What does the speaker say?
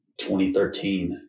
2013